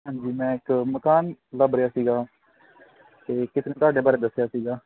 ਹਾਂਜੀ ਮੈਂ ਇੱਕ ਮਕਾਨ ਲੱਭ ਰਿਹਾ ਸੀਗਾ ਅਤੇ ਕਿਸੇ ਨੇ ਤੁਹਾਡੇ ਬਾਰੇ ਦੱਸਿਆ ਸੀਗਾ